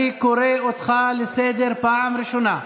אני קורא אותך לסדר פעם ראשונה.